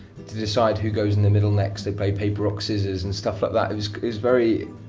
to decide who goes in the middle next, they play paper, rock, scissors and stuff like that. it was very,